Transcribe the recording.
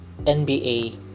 NBA